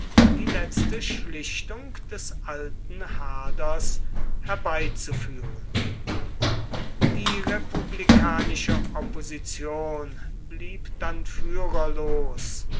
die letzte schlichtung des alten haders herbeizuführen die republikanische opposition blieb dann führerlos